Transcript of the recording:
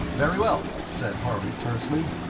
very well, said harley, tersely.